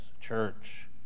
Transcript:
church